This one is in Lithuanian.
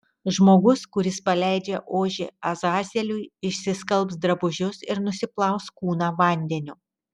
žmogus kuris paleidžia ožį azazeliui išsiskalbs drabužius ir nusiplaus kūną vandeniu